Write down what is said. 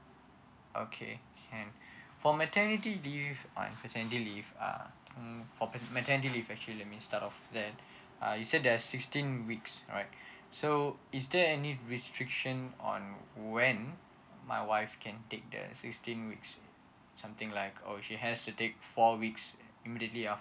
okay can for maternity leave and paternity leave uh mm for maternity leave actually let me start off then you said there's sixteen weeks alright so is there any restriction on when my wife can take the sixteen weeks something like oh she has to take four weeks immediately after